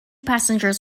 passengers